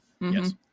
yes